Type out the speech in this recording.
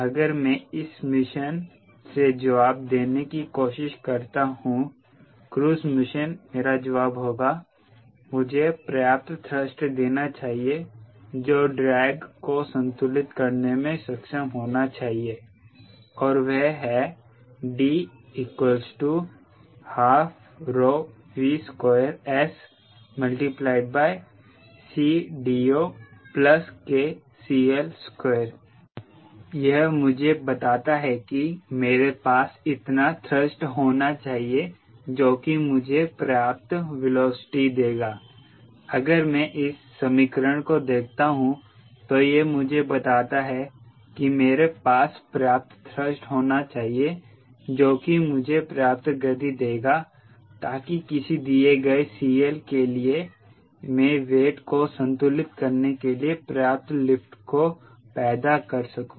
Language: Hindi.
अगर मैं इस मिशन से जवाब देने की कोशिश करता हूं क्रूज मिशन मेरा जवाब होगा मुझे पर्याप्त थ्रस्ट देना चाहिए जो ड्रैग को संतुलित करने में सक्षम होना चाहिए और वह है D 12ρV2SCD0 KCL2 जब मैं यहां देखता हूं 𝐿 𝑊 यह मुझे बताता है कि मेरे पास इतना थ्रस्ट होना चाहिए जो कि मुझे पर्याप्त वीलोसिटी देगा अगर मैं इस समीकरण को देखता हूं तो यह मुझे बताता है कि मेरे पास पर्याप्त थ्रस्ट होना चाहिए जो की मुझे पर्याप्त गति देगा ताकि किसी दिए गए CL के लिए मैं वेट को संतुलित करने के लिए पर्याप्त लिफ्ट को पैदा कर सकूं